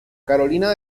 carolina